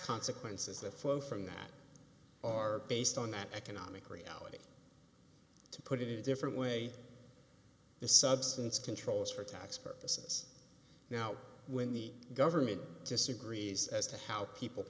consequences that flow from that are based on that economic reality to put it in a different way the substance control is for tax purposes now when the government disagrees as to how people